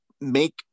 make